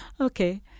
Okay